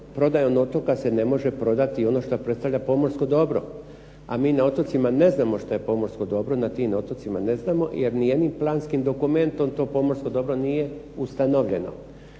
prodajom otoka se ne može prodati i ono što predstavlja pomorsko dobro. A mi na otocima ne znamo što je pomorsko dobro, na tim otocima ne znamo jer nijednim planskim dokumentom to pomorsko dobro nije ustanovljeno.